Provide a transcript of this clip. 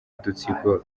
udutsiko